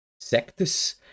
sectus